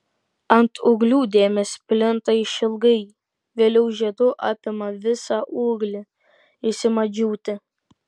ant ūglių dėmės plinta išilgai vėliau žiedu apima visą ūglį jis ima džiūti